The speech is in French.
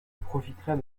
profiterai